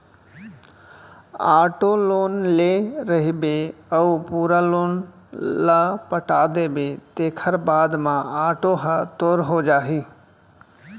auto loan ले रहिबे अउ पूरा लोन ल पटा देबे तेखर बाद म आटो ह तोर हो जाही